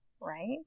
right